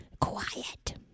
quiet